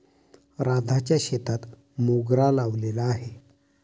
राधाच्या शेतात मोगरा लावलेला आहे